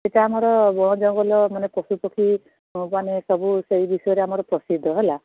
ସେଇଟା ଆମର ବଣ ଜଙ୍ଗଲ ମାନେ ପଶୁ ପକ୍ଷୀ ମାନେ ସବୁ ସେଇ ବିଷୟରେ ଆମର ପ୍ରସିଦ୍ଧ ହେଲା